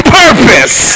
purpose